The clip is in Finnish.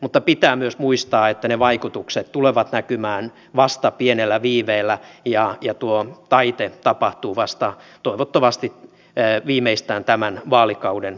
mutta pitää myös muistaa että ne vaikutukset tulevat näkymään vasta pienellä viiveellä ja tuo taite tapahtuu vasta toivottavasti viimeistään tämän vaalikauden loppupuolella